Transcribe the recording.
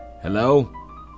Hello